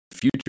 future